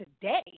today